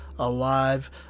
Alive